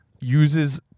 uses